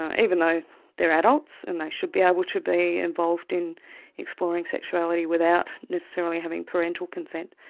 ah even though they're adults, and they should be able to be involved in exploring sexuality without necessarily having parental consent.